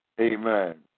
Amen